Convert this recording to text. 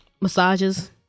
massages